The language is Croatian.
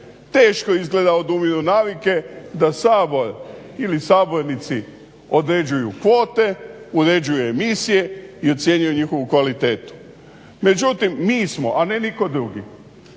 Teško izgleda odumiru navike da Sabor ili sabornici određuju kvote, uređuju emisije i ocjenjuje njihovu kvalitetu. Međutim mi smo a ne nitko drugi